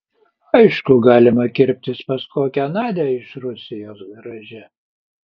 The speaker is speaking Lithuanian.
aišku galima kirptis pas kokią nadią iš rusijos garaže